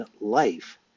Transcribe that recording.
life